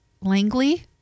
Langley